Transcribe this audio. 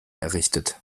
errichtet